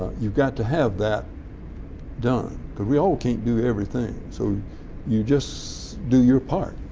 you've got to have that done because we all can't do everything, so you just do your part,